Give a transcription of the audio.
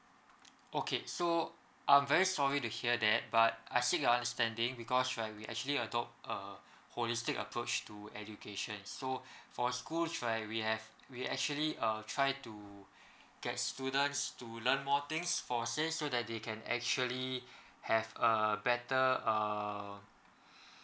okay so I'm very sorry to hear that but I seek your understanding because right we actually ado~ uh holistic approach to education is so for school right we have we actually uh try to get students to learn more things for say so that they can actually have a better err